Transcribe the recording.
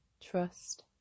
trust